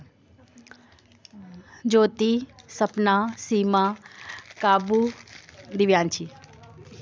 ज्योती सपना सीमा काबू दिव्यांशी